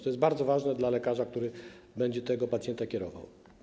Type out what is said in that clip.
To jest bardzo ważne dla lekarza, który będzie tego pacjenta kierował.